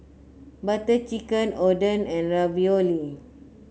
Butter Chicken Oden and Ravioli